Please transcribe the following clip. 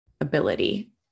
ability